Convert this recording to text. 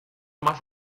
más